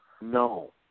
No